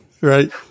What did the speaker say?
Right